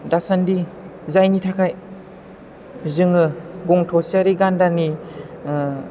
दासान्दि जायनि थाखाय जोङो गं थसेआरि गान्दानि